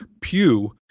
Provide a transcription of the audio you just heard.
Pew